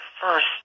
first